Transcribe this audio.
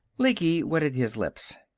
lecky wetted his lips.